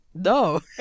No